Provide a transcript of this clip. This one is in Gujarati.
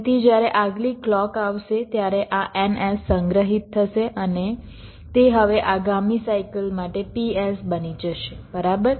તેથી જ્યારે આગલી ક્લૉક આવશે ત્યારે આ NS સંગ્રહિત થશે અને તે હવે આગામી સાયકલ માટે PS બની જશે બરાબર